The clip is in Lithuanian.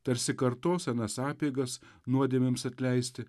tarsi kartos senas apeigas nuodėmėms atleisti